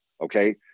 okay